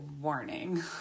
warning